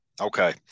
Okay